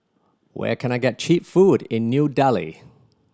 where can I get cheap food in New Delhi